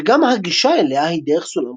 וגם הגישה אליה היא דרך סולם חיצוני.